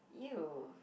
[eww]